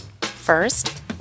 First